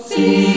See